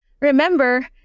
Remember